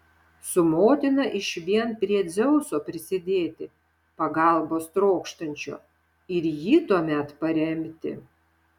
su motina išvien prie dzeuso prisidėti pagalbos trokštančio ir jį tuomet paremti